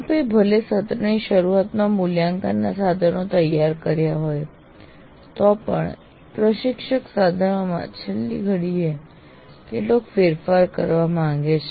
આપે ભલે સત્રની શરૂઆતમાં મૂલ્યાંકનનાં સાધનો તૈયાર કર્યા હોય તો પણ પ્રશિક્ષક સાધનોમાં છેલ્લી ઘડીએ કેટલાક ફેરફાર કરવા માગે છે